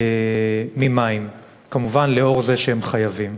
ממים, כמובן, כי הם חייבים.